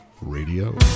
radio